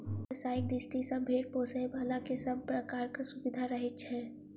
व्यवसायिक दृष्टि सॅ भेंड़ पोसयबला के सभ प्रकारक सुविधा रहैत छै